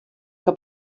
que